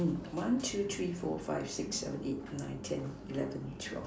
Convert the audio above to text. one two three four five six seven eight nine ten eleven twelve